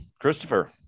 Christopher